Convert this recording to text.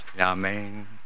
Amen